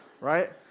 Right